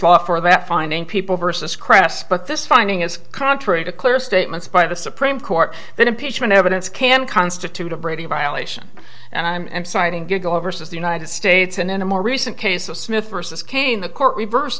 law for that finding people versus crest but this finding is contrary to clear statements by the supreme court that impeachment evidence can constitute a brady violation and i'm am citing to go versus the united states and in a more recent case of smith versus kane the court reverse